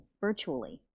virtually